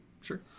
Sure